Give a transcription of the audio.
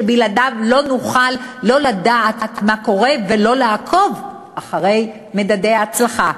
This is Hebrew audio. שבלעדיו לא נוכל לא לדעת מה קורה ולא לעקוב אחרי מדדי ההצלחה.